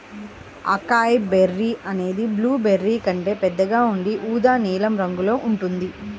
acai berry అనేది blueberry కంటే పెద్దగా ఉండి ఊదా నీలం రంగులో ఉంటుంది